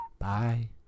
Bye